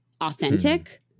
authentic